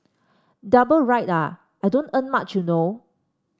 double ride ah I don't earn much you know